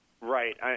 Right